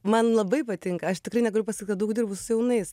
man labai patinka aš tikrai negaliu pasakyt kad daug dirbu su jaunais